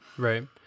Right